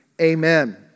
Amen